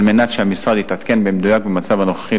על מנת שהמשרד יתעדכן במדויק במצב הנוכחי,